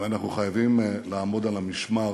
ואנחנו חייבים לעמוד על המשמר